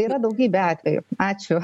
yra daugybė atvejų ačiū